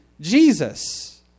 Jesus